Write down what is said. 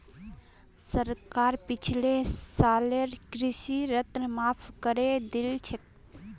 सरकार पिछले सालेर कृषि ऋण माफ़ करे दिल छेक